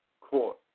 court